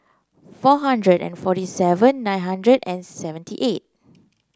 four hundred and forty seven nine hundred and seventy eight